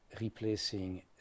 replacing